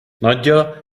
nadia